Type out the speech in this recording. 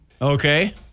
Okay